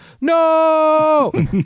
No